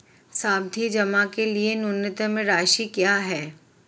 सावधि जमा के लिए न्यूनतम राशि क्या है?